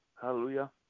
Hallelujah